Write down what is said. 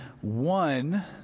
one